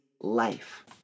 life